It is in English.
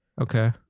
Okay